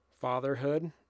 fatherhood